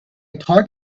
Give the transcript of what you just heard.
thought